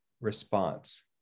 response